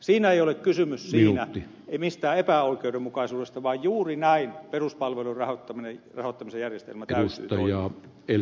siinä ei ole kysymys mistään epäoikeudenmukaisuudesta vaan juuri näin peruspalvelujen rahoittamisen järjestelmän täytyy toimia